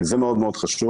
וזה מאוד חשוב.